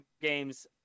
games